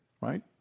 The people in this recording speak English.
right